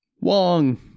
Wong